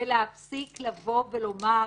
ולהספיק לבוא ולומר,